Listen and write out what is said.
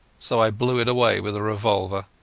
so i blew it away with a revolver.